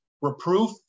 reproof